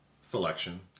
selection